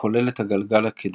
הכולל את הגלגל הקדמי,